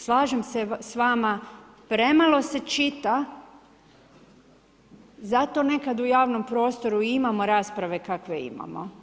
Slažem se s vama, premalo se čita, zato nekad u javnom prostoru imamo rasprave kakve imamo.